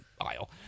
aisle